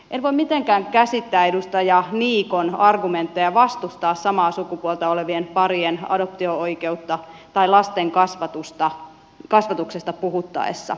en voi mitenkään käsittää edustaja niikon argumentteja hänen vastustaessaan samaa sukupuolta olevien parien adoptio oikeutta tai puhuessaan lastenkasvatuksesta